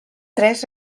tres